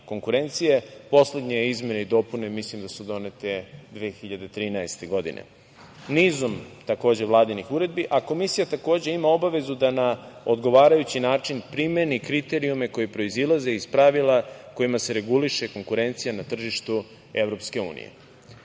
konkurencije. Poslednje izmene i dopune mislim da su donete 2013. godine, nizom vladinih uredbi. Komisija, takođe, ima obavezu da na odgovarajući način primeni kriterijume koji proizilaze iz pravila kojima se reguliše konkurencija na tržištu